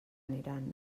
aniran